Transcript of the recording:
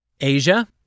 Asia